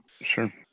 Sure